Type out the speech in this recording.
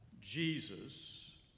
Jesus